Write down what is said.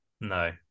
no